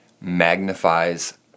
magnifies